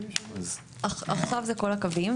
עכשיו זה כל הקווים,